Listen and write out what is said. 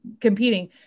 competing